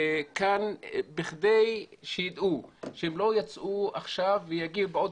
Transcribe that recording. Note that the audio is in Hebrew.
כדי שידעו שהם לא יצאו עכשיו ויגיעו בעוד